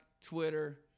Twitter